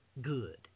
good